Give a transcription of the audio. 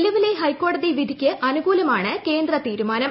നിലവിലെ ഹൈക്കോടതി വിധിക്ക് അനുകൂലമാണ് കേന്ദ്ര തീരുമാനം